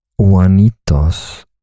juanitos